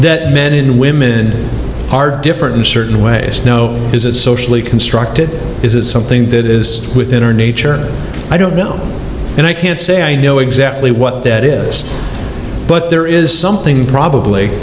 that men and women are different in certain ways is as socially constructed is is something that is within our nature i don't know and i can't say i know exactly what that is but there is something probably